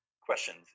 questions